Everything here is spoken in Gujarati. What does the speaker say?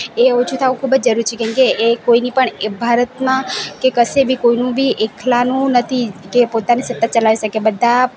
એ ઓછું થવું ખૂબ જ જરૂરી છે કેમકે એ કોઈની પણ ભારતમાં કે કશે બી કોઈનું બી એકલાનું નથી કે પોતાની સત્તા ચલાવી શકે બધા